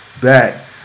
back